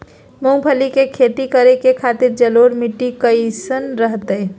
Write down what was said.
मूंगफली के खेती करें के खातिर जलोढ़ मिट्टी कईसन रहतय?